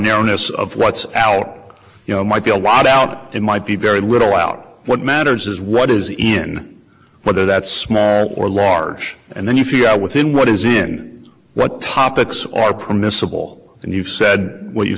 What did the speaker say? narrowness of what's al you know might be a lot out in might be very little out what matters is what is in whether that small or large and then if you are within what is in what topics or permissible and you've said what you